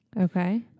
Okay